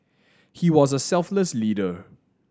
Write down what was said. he was a selfless leader